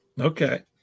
Okay